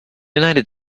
united